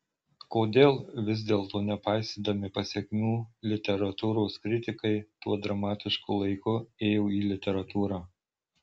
kodėl vis dėlto nepaisydami pasekmių literatūros kritikai tuo dramatišku laiku ėjo į literatūrą